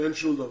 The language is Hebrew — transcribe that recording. אין שום דבר,